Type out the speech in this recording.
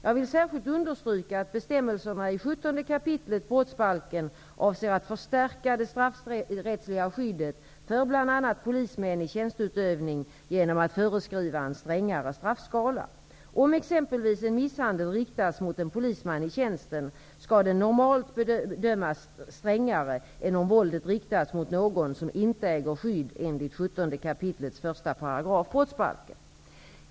Jag vill särskilt understryka att bestämmelserna i 17 kap. brottsbalken avser att förstärka det straffrättsliga skyddet för bl.a. polismän i tjänteutövning genom att föreskriva en strängare straffskala. Om exempelvis en misshandel riktas mot en polisman i tjänsten skall den normalt bedömas strängare än om våldet riktas mot någon som inte äger skydd enligt 17 kap. 1 § brottsbalken.